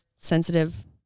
sensitive